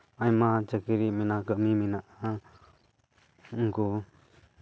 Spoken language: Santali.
ᱟᱭᱢᱟ ᱪᱟᱹᱠᱨᱤ ᱢᱮᱱᱟᱜᱼᱟ ᱠᱟᱹᱢᱤ ᱢᱮᱱᱟᱜᱼᱟ ᱩᱱᱠᱩ